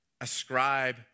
ascribe